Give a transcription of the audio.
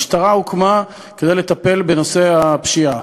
המשטרה הוקמה כדי לטפל בנושא הפשיעה,